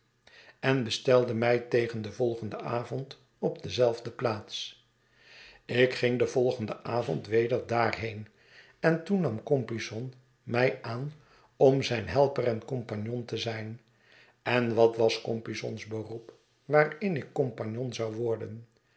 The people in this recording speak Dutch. en bestelde mij tegen den volgenden avond op dezelfde plaats ik ging den volgenden avond weder daarheen en toen nam compeyson mij aan om zijn helper en compagnon te zijn en wat was compeyson's beroep waarin ik compagnon zou worden